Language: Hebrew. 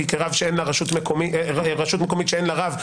כי רשות מקומית שאין לה רב,